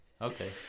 Okay